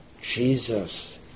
Jesus